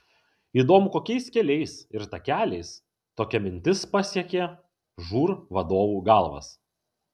įdomu kokiais keliais ir takeliais tokia mintis pasiekė žūr vadovų galvas